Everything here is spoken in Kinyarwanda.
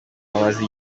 hamaze